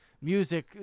Music